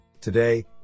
Today